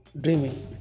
dreaming